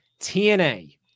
TNA